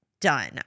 done